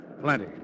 Plenty